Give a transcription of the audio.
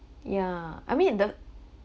yeah I mean the